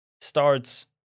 starts